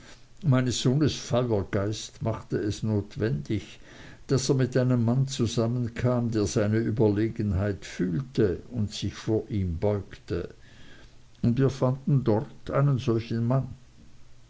meines sohnes feuergeist machte es notwendig daß er mit einem mann zusammenkam der seine überlegenheit fühlte und sich vor ihm beugte und wir fanden dort einen solchen mann